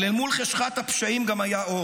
אבל אל מול חשכת הפשעים היה גם אור,